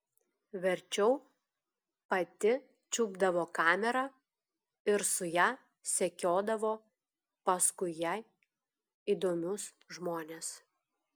verčiau pati čiupdavo kamerą ir su ja sekiodavo paskui jai įdomius žmones